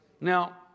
Now